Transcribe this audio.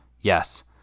Yes